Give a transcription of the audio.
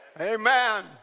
Amen